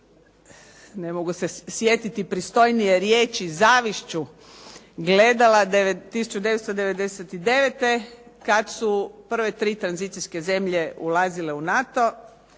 ne mogu se sjetiti pristojnije riječi zavišću gledala 1999. kada su prve tri tranzicijske zemlje ulazile u NATO,